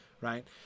right